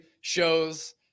shows